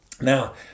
Now